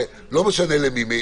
לא משנה למי,